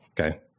Okay